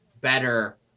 better